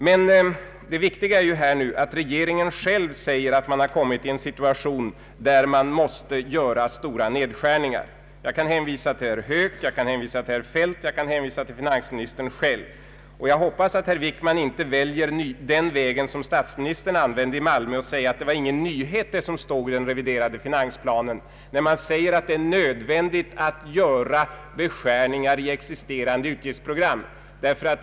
Men det viktiga är att regeringen nu själv säger, att man kommit i en situation, där man måste göra stora nedskärningar. Jag kan hänvisa till herr Höök. Jag kan hänvisa till herr Feldt, jag kan hänvisa till finansministern själv. Jag hoppas att herr Wickman inte väljer den vägen som statsministern använde i Malmö, nämligen att påstå att det som står i den reviderade finansplanen, om att det är nödvändigt att göra nedskärningar i existerande utgiftsprogram, inte skulle vara någon nyhet.